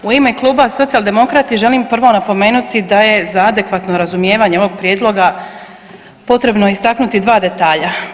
U ime Kluba Socijaldemokrati želim prvo napomenuti da je za adekvatno razumijevanje ovog prijedloga potrebno istaknuti dva detalja.